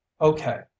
okay